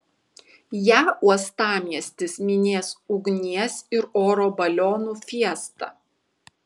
ją uostamiestis minės ugnies ir oro balionų fiesta